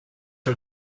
are